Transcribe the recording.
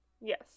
Yes